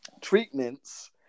treatments